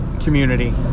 community